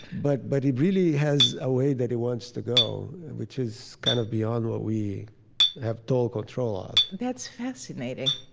but but it really has a way that it wants to go, which is kind of beyond what we have total control ah of that's fascinating.